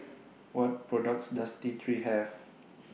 What products Does T three Have